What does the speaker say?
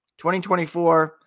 2024